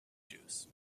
juice